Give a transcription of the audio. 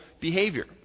behavior